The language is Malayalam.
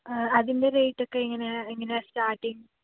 ആ അതിൻ്റെ റേറ്റൊക്കെ എങ്ങനെയാണ് എങ്ങനെയാണ് സ്റ്റാർട്ടിങ്ങ്